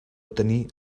tenir